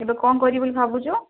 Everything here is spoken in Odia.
ଏବେ କ'ଣ କରିବୁ ବୋଲି ଭାବୁଛୁ